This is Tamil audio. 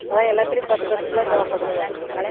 அதுதான் எல்லாத்திலையும் பத்து பத்து கிலோ தேவைப்படும்ப்பா எங்களுக்கு